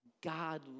God